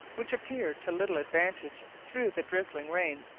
which appeared to little advantage through the drizzling rain,